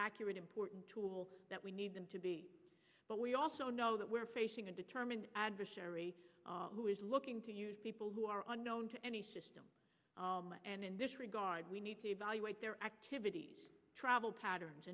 accurate important tool that we need them to be but we also know that we're facing a determined adversary who is looking to people who are unknown to any system and in this regard we need to evaluate their activities travel patterns